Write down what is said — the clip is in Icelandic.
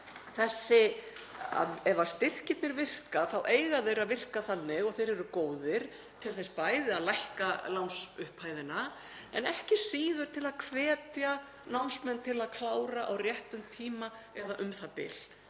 fram að ef styrkirnir virka þá eiga þeir að virka þannig og þeir eru góðir til þess bæði að lækka lánsupphæðina en ekki síður til að hvetja námsmenn til að klára á réttum tíma eða u.þ.b.